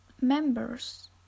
Members